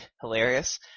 hilarious